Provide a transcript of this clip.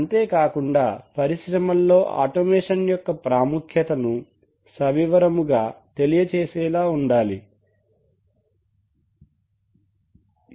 అంతే కాకుండా పరిశ్రమల్లో ఆటోమేషన్ యొక్క ప్రాముఖ్యతను సవివరముగా తెలియజేసేలా ఉండాలి